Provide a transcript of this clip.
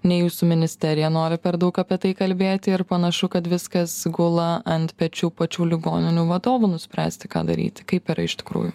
nei jūsų ministerija nori per daug apie tai kalbėti ir panašu kad viskas gula ant pečių pačių ligoninių vadovų nuspręsti ką daryti kaip yra iš tikrųjų